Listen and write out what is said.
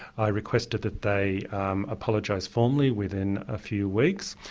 i requested that they apologise formally within a few weeks,